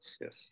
yes